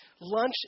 lunch